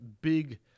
big